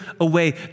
away